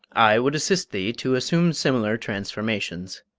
i would assist thee to assume similar transformations,